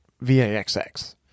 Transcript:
V-A-X-X